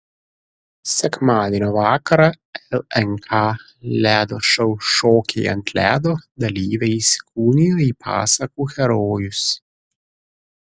sekmadienio vakarą lnk ledo šou šokiai ant ledo dalyviai įsikūnijo į pasakų herojus